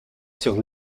sur